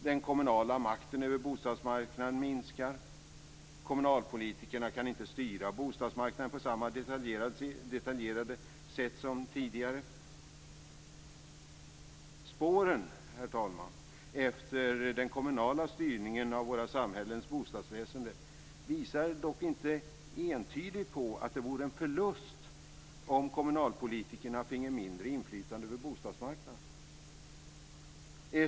Den kommunala makten över bostadsmarknaden minskar. Kommunalpolitikerna kan inte styra bostadsmarknaden på samma detaljerade sätt som tidigare. Spåren, herr talman, efter den kommunala styrningen av våra samhällens bostadsväsende visar dock inte entydigt på att det vore en förlust om kommunalpolitikerna finge mindre inflytande över bostadsmarknaden.